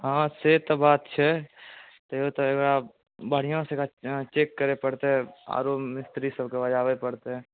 हँ से तऽ बात छै तैयो तऽ उएह बढ़िआँसँ एकरा चेक करय पड़तै आरो मिस्त्रीसभके बजाबय पड़तै